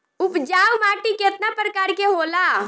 उपजाऊ माटी केतना प्रकार के होला?